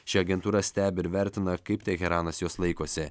ši agentūra stebi ir vertina kaip teheranas jos laikosi